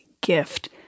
gift